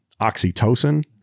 oxytocin